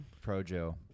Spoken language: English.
Pro-Joe